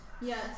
Yes